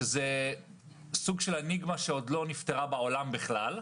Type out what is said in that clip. שזה סוג של אניגמה שעוד לא נפתרה בעולם בכלל.